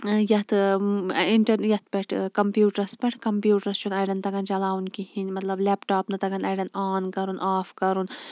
یتھ انٹر یتھ پٮ۪ٹھ کَمپیوٹرس پٮ۪ٹھ کَمپیوٹرس چھُ نہٕ اَڑٮ۪ن تَگان چَلاوُن کِہیٖنۍ مَطلَب لیٚپٹاپ نہٕ تَگان اَڑٮ۪ن آن کَرُن آف کَرُن